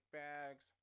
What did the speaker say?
bags